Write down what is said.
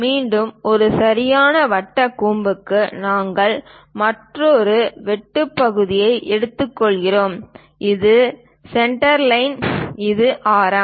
மீண்டும் ஒரு சரியான வட்ட கூம்புக்கு நாங்கள் மற்றொரு வெட்டு பகுதியை எடுத்துக்கொள்கிறோம் இது சென்டர்லைன் இது ஆரம்